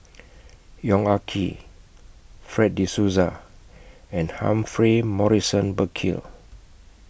Yong Ah Kee Fred De Souza and Humphrey Morrison Burkill